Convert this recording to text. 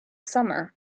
summer